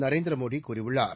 நரேந்திர மோடி கூறியுள்ளார்